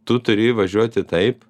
tu turi važiuoti taip